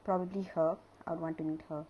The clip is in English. probably her I would want to meet her